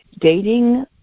dating